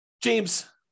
James